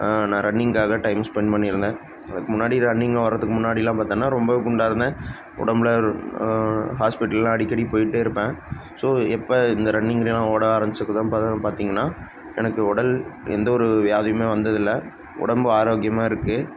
நான் ரன்னிங்க்காக டைமை ஸ்பெண்ட் பண்ணியிருந்தேன் அதுக்கு முன்னாடி ரன்னிங் ஓடுறத்துக்கு முன்னாடியெல்லாம் பார்த்தோன்னா ரொம்பவே குண்டாக இருந்தேன் உடம்புல ஹாஸ்பிட்டலெல்லாம் அடிக்கடி போய்கிட்டே இருப்பேன் ஸோ எப்போ இந்த ரன்னிங்கெல்லாம் ஓட ஆரம்பித்ததுனு பார்த்திங்கன்னா எனக்கு உடல் எந்த ஒரு வியாதியுமே வந்ததில்லை உடம்பும் ஆரோக்கியமாக இருக்குது